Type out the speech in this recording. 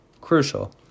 Crucial